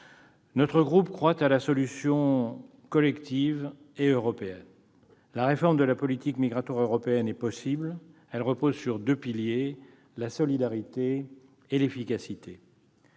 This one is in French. Notre groupe croit à la solution collective et européenne. Réformer la politique migratoire européenne est possible, en s'appuyant sur deux piliers : la solidarité et l'efficacité.